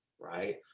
right